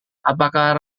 apakah